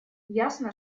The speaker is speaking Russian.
ясно